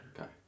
Okay